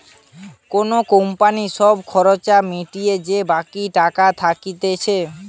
কোন কোম্পানির সব খরচা মিটিয়ে যে বাকি টাকাটা থাকতিছে